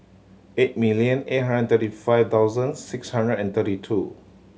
eight million eight hundred thirty five thousand six hundred and thirty two